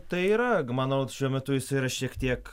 tai yra gmanau šiuo metu jisai yra šiek tiek